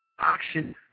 auction